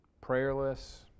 prayerless